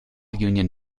union